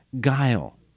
guile